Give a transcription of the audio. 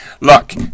Look